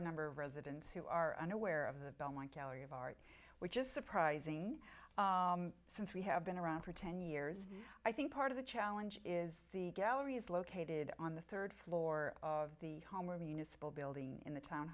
a number of residents who are unaware of the belmont gallery of art which is surprising since we have been around for ten years i think part of the challenge is the gallery is located on the third floor of the home where municipal building in the town